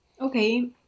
Okay